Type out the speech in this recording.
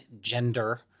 gender